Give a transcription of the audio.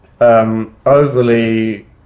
Overly